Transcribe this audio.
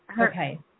Okay